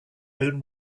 own